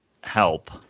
help